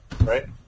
right